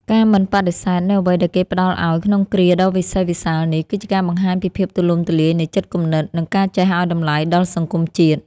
ការមិនបដិសេធនូវអ្វីដែលគេផ្តល់ឱ្យក្នុងគ្រាដ៏វិសេសវិសាលនេះ គឺជាការបង្ហាញពីភាពទូលំទូលាយនៃចិត្តគំនិត និងការចេះឱ្យតម្លៃដល់សង្គមជាតិ។